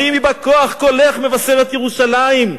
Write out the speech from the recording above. הרימי בכוח קולך מבשרת ירושלים".